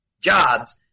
jobs